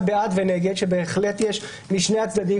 בעד ונגד שבהחלט יש משני הצדדים,